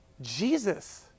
Jesus